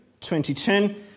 2010